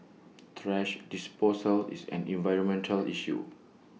thrash disposal is an environmental issue